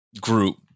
group